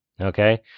Okay